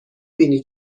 بینی